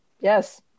yes